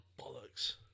Bollocks